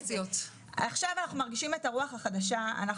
עכשיו אנחנו מרגישים את הרוח החדשה,